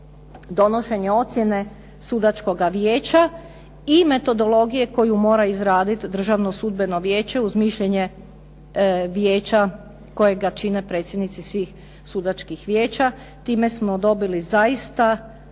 donošenje ocjene Sudačkoga vijeća i metodologije koju mora izraditi Državno sudbeno vijeće uz mišljenje vijeća kojega čine predsjednici svih Sudačkih vijeća. Time smo dobili zaista